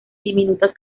diminutas